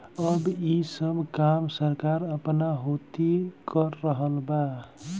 अब ई सब काम सरकार आपना होती कर रहल बा